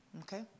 Okay